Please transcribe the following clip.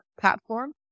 platform